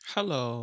Hello